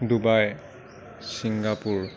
Dubai Singapore